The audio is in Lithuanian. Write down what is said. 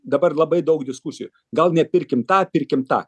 dabar labai daug diskusijų gal nepirkim tą pirkim tą